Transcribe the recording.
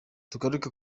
tugaruke